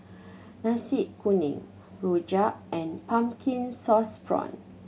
Nasi Kuning rojak and pumpkin sauce prawn